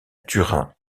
turin